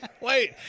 Wait